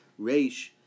Reish